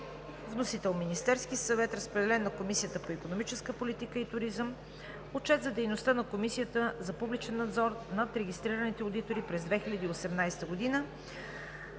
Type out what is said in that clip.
Вносител е Министерският съвет. Разпределен е на Комисията по икономическа политика и туризъм. Отчет за дейността на Комисията за публичен надзор над регистрираните одитори през 2018 г.